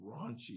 raunchy